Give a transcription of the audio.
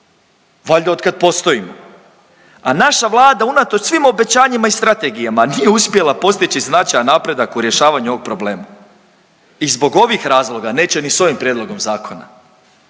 valjda otkad postojimo, a naša Vlada unatoč svim obećanjima i strategijama nije uspjela postići značajan napredak u rješavanju ovog problema i zbog ovih razloga neće ni s ovim prijedlogom zakona.